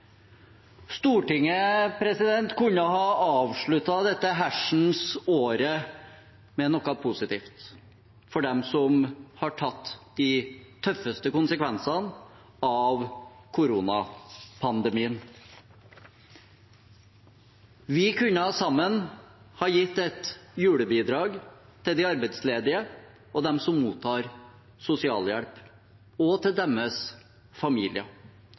Stortinget kunne ha avsluttet dette hersens året med noe positivt for dem som har tatt de tøffeste konsekvensene av koronapandemien. Vi kunne sammen gitt et julebidrag til de arbeidsledige og til dem som mottar sosialhjelp, og til deres